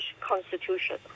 constitution